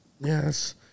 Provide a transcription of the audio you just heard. Yes